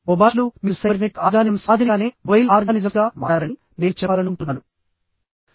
మొబార్చ్లు మీరు cybernetic organisms మాదిరిగానే mobile ఆర్గానిజమ్స్గా మారారని నేను చెప్పాలనుకుంటున్నాను